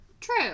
True